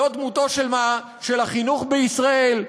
לא דמותו של החינוך בישראל,